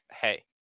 Hey